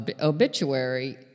obituary